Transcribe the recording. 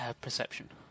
Perception